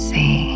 See